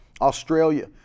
Australia